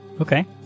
Okay